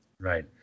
right